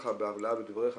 בהבלעה בדבריך,